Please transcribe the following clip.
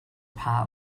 part